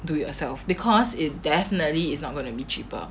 do yourself because it definitely is not gonna be cheaper